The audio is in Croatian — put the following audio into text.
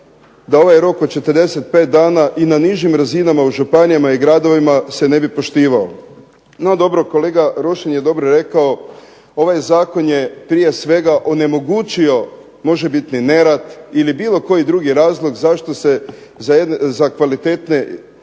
da ovaj rok od 45 dana i na nižim razinama u županijama i gradovima se ne bi poštivao. No dobro, kolega Rošin je dobro rekao, ovaj zakon je prije svega onemogućio može biti nerad, ili bilo koji drugi razlog zašto se za kvalitetne